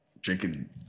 drinking